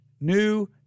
New